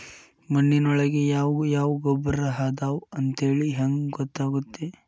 ಮಣ್ಣಿನೊಳಗೆ ಯಾವ ಯಾವ ಗೊಬ್ಬರ ಅದಾವ ಅಂತೇಳಿ ಹೆಂಗ್ ಗೊತ್ತಾಗುತ್ತೆ?